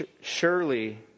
Surely